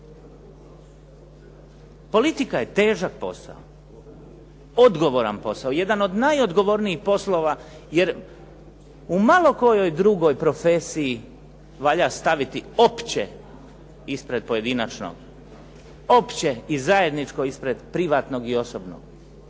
Politika je težak posao, odgovoran posao, jedan od najodgovornijih poslova jer u malo kojoj drugoj profesiji valja staviti opće ispred pojedinačno. Opće i zajedničko ispred privatnog i osobnog.